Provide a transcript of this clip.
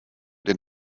den